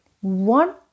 one